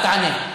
אתה תענה.